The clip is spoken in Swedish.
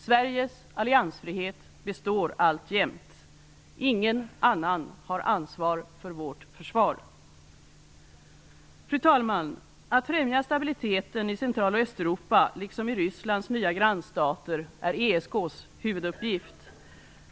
Sveriges alliansfrihet består alltjämt. Ingen annan har ansvar för vårt försvar. Fru talman! Att främja stabiliteten i Central och Östeuropa liksom i Rysslands nya grannstater är ESK:s huvuduppgift.